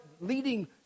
leading